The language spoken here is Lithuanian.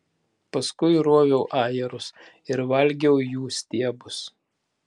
paskui roviau ajerus ir valgiau jų stiebus